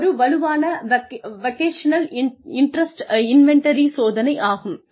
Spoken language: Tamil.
இது ஒரு வலுவான வகேஷனல் இண்டரஸ்ட் இன்வெண்டரி சோதனை ஆகும்